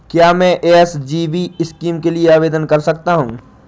क्या मैं SGB scheme के लिए आवेदन कर सकता हूँ?